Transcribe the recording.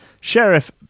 Sheriff